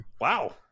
wow